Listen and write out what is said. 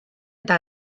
eta